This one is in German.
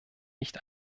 nicht